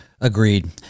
agreed